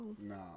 no